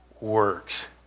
works